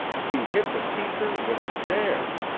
he hit the teacher with a chair.